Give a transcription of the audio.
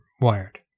wired